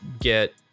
Get